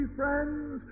friends